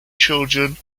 children